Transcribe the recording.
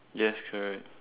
yes correct